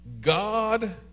God